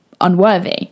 unworthy